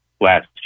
last